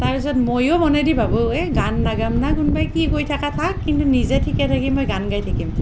তাৰ পিছত মইও মনেদি ভাৱো এই গান নাগামনে কোনোবাই কি কৈ থাকা থাক কিন্তু নিজে ঠিকে খাকিম মই গান গাই থাকিম